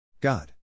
God